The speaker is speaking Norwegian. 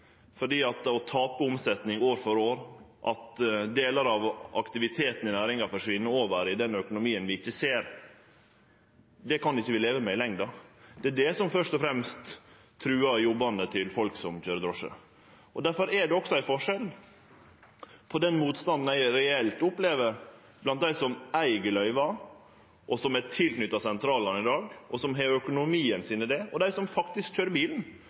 å tape omsetning år for år, og at delar av aktiviteten i næringa forsvinn over i den økonomien vi ikkje ser, kan vi ikkje leve med i lengda. Det er det som først og fremst trugar jobbane til folk som køyrer drosje. Derfor er det òg ein forskjell på den motstanden ein reelt opplever blant dei som eig løyva og er tilknytte sentralane i dag, og som har økonomien sin i det, og dei som faktisk køyrer bilen.